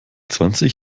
zwanzig